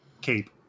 cape